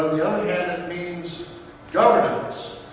hand it means governance.